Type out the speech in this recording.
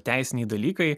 teisiniai dalykai